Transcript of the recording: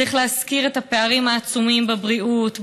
וצריך להזכיר את הפערים העצומים בבריאות,